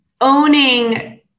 owning